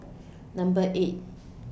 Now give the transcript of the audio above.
Number eight